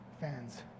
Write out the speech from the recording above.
fans